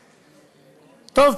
טוב,